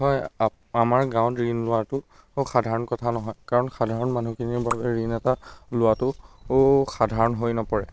হয় আ আমাৰ গাঁৱত ঋণ লোৱাটো সাধাৰণ কথা নহয় কাৰণ সাধাৰণ মানুহখিনিৰ বাবে ঋণ এটা লোৱাটো সাধাৰণ হৈ নপৰে